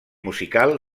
musical